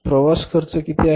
प्रवास खर्च किती आहे